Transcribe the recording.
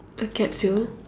a capsule